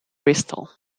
bristol